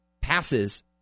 passes